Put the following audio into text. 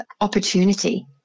opportunity